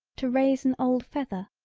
to raise an old feather,